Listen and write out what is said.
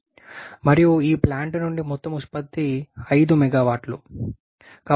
మరియు ఈ ప్లాంట్ నుండి మొత్తం ఉత్పత్తి 5 MW